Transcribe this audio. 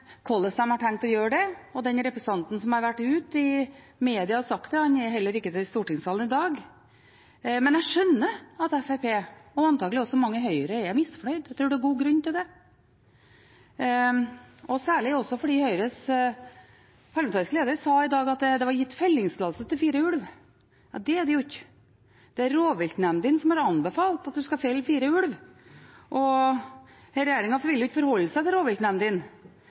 hvordan de har tenkt å gjøre det. Den representanten som har vært ute i media og sagt det, er heller ikke i stortingssalen i dag. Men jeg skjønner at Fremskrittspartiet, og antakelig også mange i Høyre, er misfornøyd. Jeg tror det er god grunn til det, særlig fordi Høyres parlamentariske leder i dag sa at det var gitt fellingstillatelse på fire ulver. Det er det jo ikke. Det er rovviltnemndene som har anbefalt at det skal felles fire ulver. Denne regjeringen vil jo ikke forholde seg til